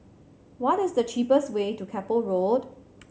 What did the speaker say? what is the cheapest way to Keppel Road